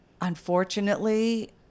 unfortunately